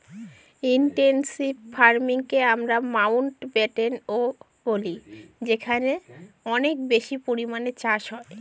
intensive ফার্মিংকে আমরা মাউন্টব্যাটেনও বলি যেখানে অনেক বেশি পরিমানে চাষ হয়